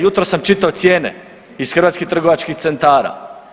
Jutros sam čitao cijene iz hrvatskih trgovačkih centara.